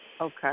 Okay